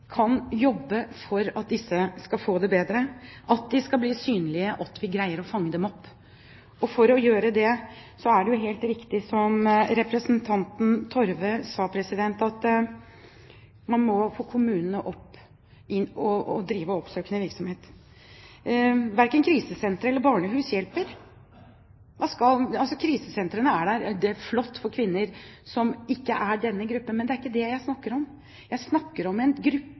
greier å fange dem opp. For å kunne gjøre det er det helt riktig som representanten Torve sa, at man må få kommunene til å drive oppsøkende virksomhet. Verken krisesenter eller barnehus hjelper. Krisesentrene er flott for kvinner som ikke er i denne gruppen. Men det er ikke det jeg snakker om. Jeg snakker om en gruppe